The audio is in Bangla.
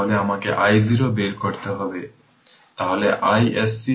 তাহলে আমাকে i0 বের করতে হবে তাহলে iSC হবে মূলত i0 i